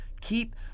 keep